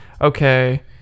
okay